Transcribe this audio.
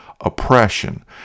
oppression